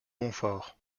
montfort